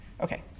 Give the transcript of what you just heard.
Okay